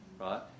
right